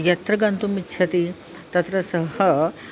यत्र गन्तुम् इच्छति तत्र सः